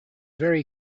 very